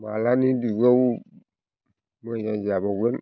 मालानि जुगाव मोजां जाबावगोन